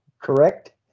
Correct